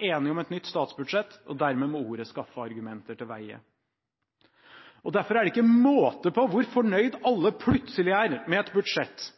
enige om et statsbudsjett», og dermed må ordet skaffe argumenter til veie. Derfor er det ikke måte på hvor fornøyde alle plutselig er med et budsjett